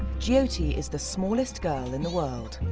jyoti is the smallest girl in the world.